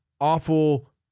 awful